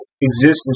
existence